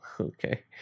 okay